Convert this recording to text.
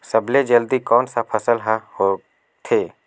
सबले जल्दी कोन सा फसल ह होथे?